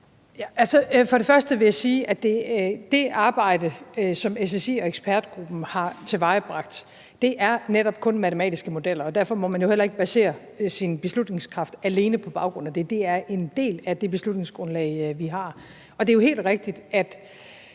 Altså, først vil jeg sige, at det arbejde, som SSI og ekspertgruppen har tilvejebragt, netop kun er matematiske modeller, og derfor må man jo heller ikke basere sin beslutningskraft alene på baggrund af det; det er en del af det beslutningsgrundlag, vi har. Og det er jo helt rigtigt, at